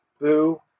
Boo